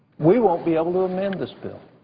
we won't be able to amend this bill.